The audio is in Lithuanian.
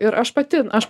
ir aš pati aš